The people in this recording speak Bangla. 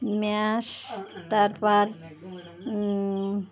মেয়াস তারপর